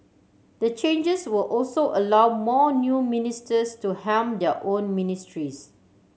the changes will also allow more new ministers to helm their own ministries